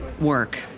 work